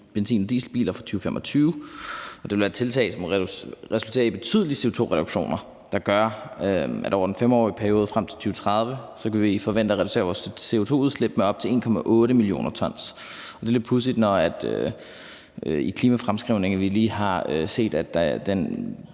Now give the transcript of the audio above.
benzin- og dieselbiler fra 2025. Det vil være et tiltag, som resulterer i betydelige CO2-reduktioner, hvilket gør, at vi over en 5-årig periode frem til 2030 kan forvente at reducere vores CO2-udslip med op til 1,8 mio. t. Det er lidt pudsigt, når vi i klimafremskrivningen lige